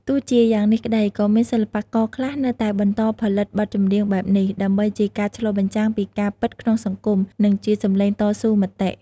ទោះជាយ៉ាងនេះក្តី ក៏មានសិល្បករខ្លះនៅតែបន្តផលិតបទចម្រៀងបែបនេះ ដើម្បីជាការឆ្លុះបញ្ចាំងពីការពិតក្នុងសង្គម និងជាសំឡេងតស៊ូមតិ។